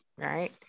Right